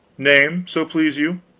name, so please you?